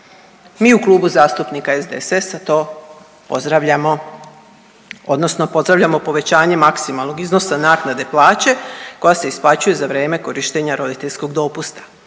Mi u Klubu zastupnika SDSS-a to pozdravljamo odnosno pozdravljamo povećanje maksimalnog iznosa naknade plaće koja se isplaćuje za vreme korištenja roditeljskog dopusta